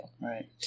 Right